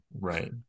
Right